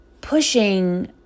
pushing